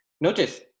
Notice